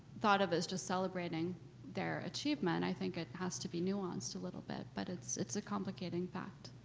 thought of as just celebrating their achievement. i think it has to be nuanced a little bit, but it's it's a complicating fact.